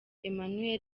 emmanuel